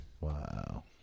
wow